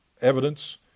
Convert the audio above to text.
evidence